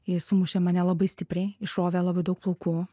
ji sumušė mane labai stipriai išrovė labai daug plaukų